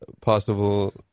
possible